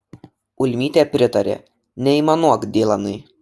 ulmytė pritarė neaimanuok dylanai